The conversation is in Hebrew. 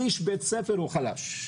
שליש בית ספר הוא חלש.